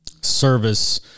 service